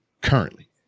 currently